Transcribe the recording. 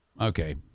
Okay